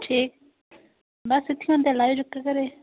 ठीक बस इत्थें होंदे लाएओ चक्कर घरै